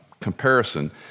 comparison